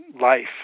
life